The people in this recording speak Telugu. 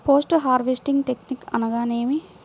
పోస్ట్ హార్వెస్టింగ్ టెక్నిక్ అనగా నేమి?